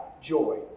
joy